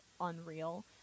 unreal